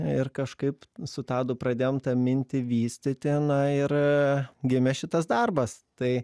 ir kažkaip su tadu pradėjom tą mintį vystyti na ir gimė šitas darbas tai